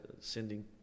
sending